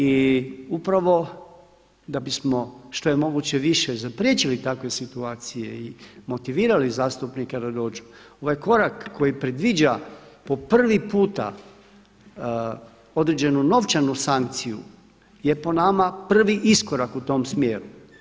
I upravo da bismo što je moguće više zapriječili takve situacije i motivirali zastupnike da dođu, ovaj korak koji predviđa po prvi puta određenu novčanu sankciju je po nama prvi iskorak u tom smjeru.